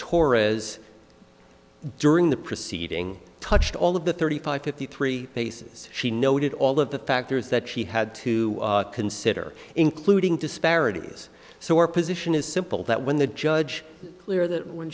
torres during the proceeding touched all of the thirty five fifty three cases she noted all of the factors that she had to consider including disparities so our position is simple that when the judge clear that when